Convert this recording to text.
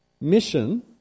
Mission